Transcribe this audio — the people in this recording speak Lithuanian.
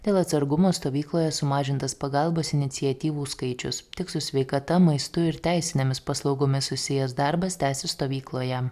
dėl atsargumo stovykloje sumažintas pagalbos iniciatyvų skaičius tik su sveikata maistu ir teisinėmis paslaugomis susijęs darbas tęsis stovykloje